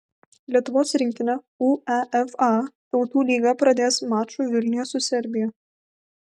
lietuvos rinktinė uefa tautų lygą pradės maču vilniuje su serbija